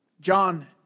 John